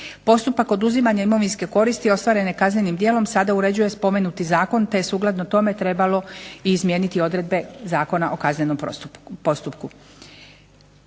Postupak oduzimanja imovinske koristi ostvarene kaznenim djelom sada uređuje spomenuti zakon te je sukladno tome trebalo i izmijeniti odredbe Zakona o kaznenom postupku.